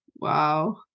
Wow